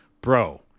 bro